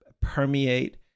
permeate